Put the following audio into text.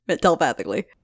telepathically